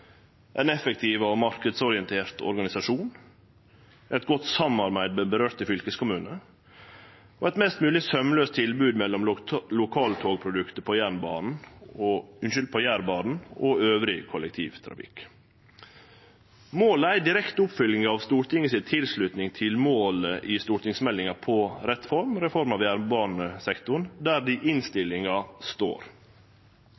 En effektiv og markedsorientert organisasjon. Et godt samarbeid med berørte fylkeskommuner. Et mest mulig sømløst tilbud mellom lokaltogproduktet på Jærbanen og øvrig kollektivtrafikk.» Måla er ei direkte oppfølging av Stortinget si tilslutning til målet i stortingsmeldinga På rett spor – Reform av jernbanesektoren, der